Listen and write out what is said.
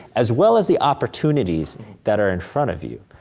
as well as the opportunities that are in front of you.